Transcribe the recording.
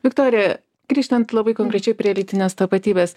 viktorija grįžtant labai konkrečiai prie lytinės tapatybės